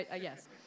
Yes